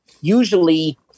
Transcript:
usually